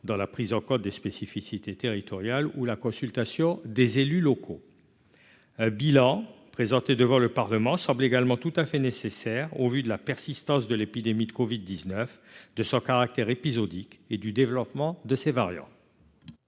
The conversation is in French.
dans la prise en compte des spécificités territoriales ou la consultation des élus locaux, bilan présenté devant le Parlement, semble également tout à fait nécessaire au vu de la persistance de l'épidémie de Covid 19 de son caractère épisodique et du développement de ces variants.